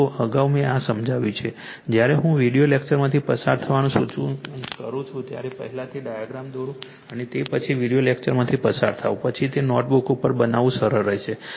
જુઓ અગાઉ મેં આ સમજાવ્યું છે જ્યારે પણ હું વિડિયો લેક્ચરમાંથી પસાર થવાનું સૂચન કરું ત્યારે પહેલા તે ડાયાગ્રામ દોરો અને તે પછી તે વિડિયો લેક્ચરમાંથી પસાર થાઓ પછી તે નોટબુક ઉપર બનાવવું સરળ રહેશે